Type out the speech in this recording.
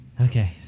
okay